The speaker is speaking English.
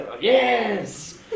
Yes